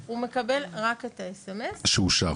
לא, הוא מקבל רק את הסמס שאושר.